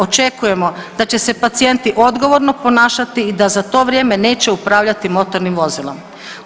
Očekujemo da će se pacijenti odgovorno ponašati i da za to vrijeme neće upravljati motornim vozilom.